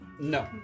No